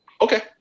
Okay